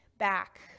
back